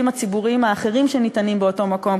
הציבוריים האחרים שניתנים באותו מקום,